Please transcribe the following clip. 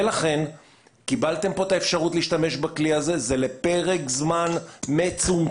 ולכן קיבלתם פה את האפשרות להשתמש בכלי הזה זה לפרק זמן מצומצם.